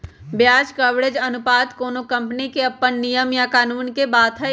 ब्याज कवरेज अनुपात कोनो कंपनी के अप्पन नियम आ कानून के बात हई